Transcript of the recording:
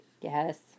Yes